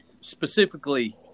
specifically